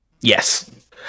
Yes